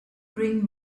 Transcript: bring